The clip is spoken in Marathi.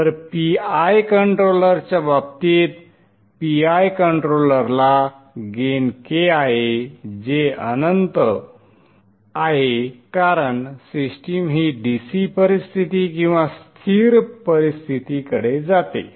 तर PI कंट्रोलरच्या बाबतीत PI कंट्रोलरला गेन k आहे जे अनंत आहे कारण सिस्टीम ही dc परिस्थिती किंवा स्थिर परिस्थितीकडे जाते